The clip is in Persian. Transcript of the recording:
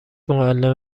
معلم